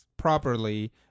properly